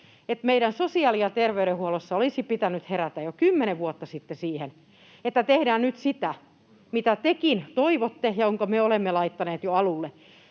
että meidän sosiaali- ja terveydenhuollossa olisi pitänyt herätä jo kymmenen vuotta sitten siihen, että tehdään nyt sitä, mitä tekin toivotte ja minkä me olemme laittaneet alulle.